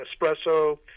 Espresso